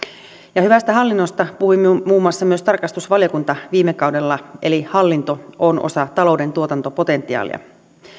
hyvästä hallinnosta puhui myös muun muassa tarkastusvaliokunta viime kaudella eli hallinto on osa talouden tuotantopotentiaalia